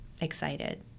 excited